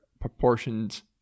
proportions